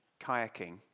kayaking